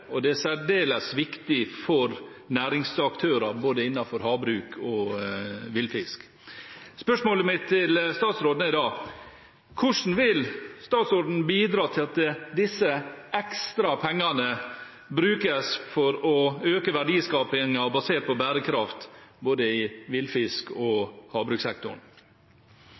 og det er særdeles viktig for næringsaktører både innenfor havbruk og villfisk. Mitt spørsmål til statsråden er da: Hvordan vil statsråden bidra til at disse ekstra pengene brukes for å øke verdiskapingen basert på bærekraft, både i villfisk- og